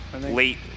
late